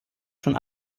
schon